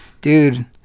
Dude